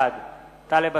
בעד טלב אלסאנע,